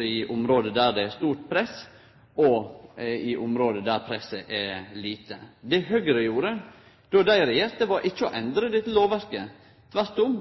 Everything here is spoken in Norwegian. i område der det er stort press og i område der presset er lite. Det Høgre gjorde då dei regjerte, var ikkje å endre dette lovverket. Tvert om